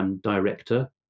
Director